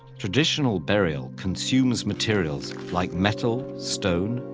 traditional burial consumes materials like metal, stone,